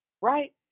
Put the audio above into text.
Right